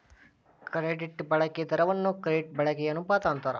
credit ಬಳಕೆ ದರವನ್ನ credit ಬಳಕೆಯ ಅನುಪಾತ ಅಂತಾರ